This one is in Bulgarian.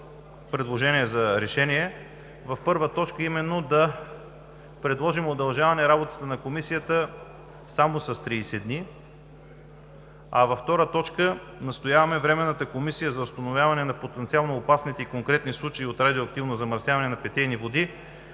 и в първа точка именно да предложим удължаване работата на Комисията само с 30 дни, а във втора точка настояваме Временната комисия за установяване на потенциално опасните и конкретни случаи на радиоактивно замърсяване на питейни води